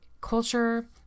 culture